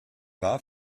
war